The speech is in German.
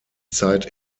zeit